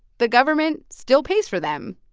the government still pays for them.